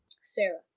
Sarah